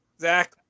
Zach